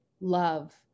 love